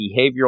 behavioral